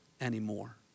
anymore